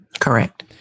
Correct